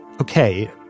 okay